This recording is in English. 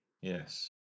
Yes